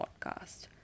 podcast